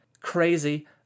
crazy